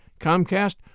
Comcast